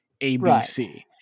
ABC